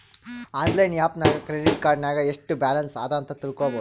online app ನಾಗ್ credit card ನಾಗ್ ಎಸ್ಟ್ ಬ್ಯಾಲನ್ಸ್ ಅದಾ ಅಂತ್ ತಿಳ್ಕೊಬೋದು